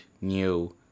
new